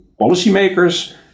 policymakers